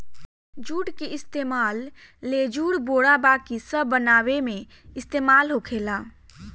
जुट के इस्तेमाल लेजुर, बोरा बाकी सब बनावे मे इस्तेमाल होखेला